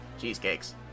cheesecakes